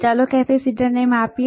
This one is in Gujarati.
હવે ચાલો કેપેસિટરને માપીએ